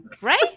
right